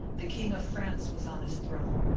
the king of france was on his throne,